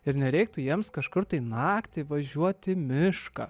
ir nereiktų jiems kažkur tai naktį važiuoti į mišką